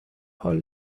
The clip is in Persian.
حال